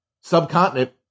subcontinent